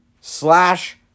slash